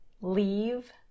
Leave